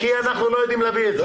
כי אנחנו לא יודעים להביא את זה.